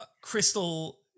crystal